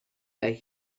that